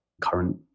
current